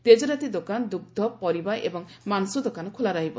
ତେଜରାତି ଦୋକାନ ଦୁଗ୍ଧ ପରିବା ଏବଂ ମାଂସ ଦୋକାନ ଖୋଲା ରହିବ